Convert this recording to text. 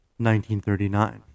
1939